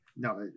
No